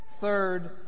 third